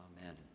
Amen